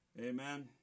Amen